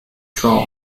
draw